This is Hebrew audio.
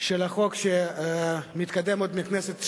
של החוק שמתקדם עוד מהכנסת השבע-עשרה,